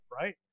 right